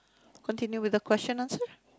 continue with the question answer